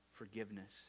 forgiveness